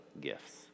gifts